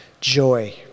joy